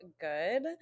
good